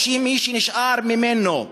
או מי שנשאר ממנו,